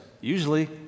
Usually